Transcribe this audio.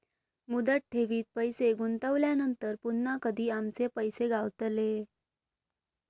मुदत ठेवीत पैसे गुंतवल्यानंतर पुन्हा कधी आमचे पैसे गावतले?